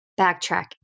backtrack